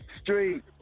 Street